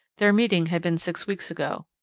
their meeting had been six weeks ago.